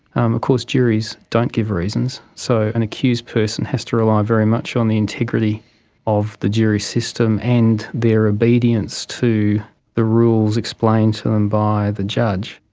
um of course juries don't give reasons, so an accused person has to rely very much on the integrity of the jury system and their obedience to the rules explained to them by the judge.